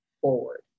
forward